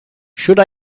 should